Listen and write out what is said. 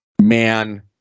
man